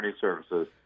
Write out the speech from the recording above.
services